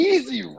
Easy